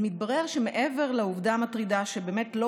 אז מתברר שמעבר לעובדה המטרידה שבאמת לא